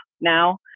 now